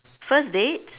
first date